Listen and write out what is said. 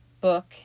book